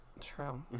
True